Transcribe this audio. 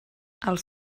els